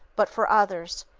but for others,